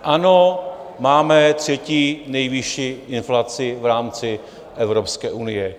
Ano, máme třetí nejvyšší inflaci v rámci Evropské unie.